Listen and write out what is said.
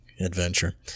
adventure